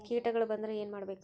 ಕೇಟಗಳ ಬಂದ್ರ ಏನ್ ಮಾಡ್ಬೇಕ್?